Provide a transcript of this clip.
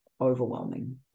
overwhelming